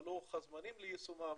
מה לוח הזמנים ליישומם,